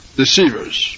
deceivers